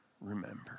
remember